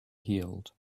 healed